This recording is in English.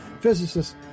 physicists